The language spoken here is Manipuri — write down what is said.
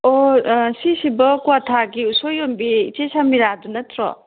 ꯑꯣ ꯁꯤꯁꯤꯕꯨ ꯀ꯭ꯋꯥꯊꯥꯒꯤ ꯎꯁꯣꯏ ꯌꯣꯟꯕꯤ ꯏꯆꯦ ꯁꯔꯃꯤꯂꯥꯗꯨ ꯅꯠꯇ꯭ꯔꯣ